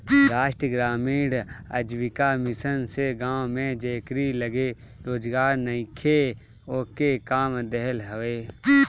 राष्ट्रीय ग्रामीण आजीविका मिशन से गांव में जेकरी लगे रोजगार नईखे ओके काम देहल हवे